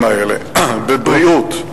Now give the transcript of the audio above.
בבריאות,